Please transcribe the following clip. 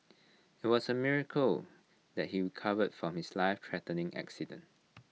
IT was A miracle that he recovered from his lifethreatening accident